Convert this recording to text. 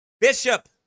bishop